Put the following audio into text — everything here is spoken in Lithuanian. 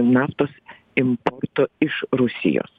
naftos importo iš rusijos